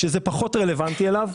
שזה פחות רלוונטי אליו.